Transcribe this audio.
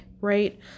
right